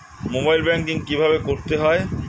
Mobile banking কীভাবে করতে হয়?